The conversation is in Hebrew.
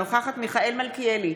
אינה נוכחת מיכאל מלכיאלי,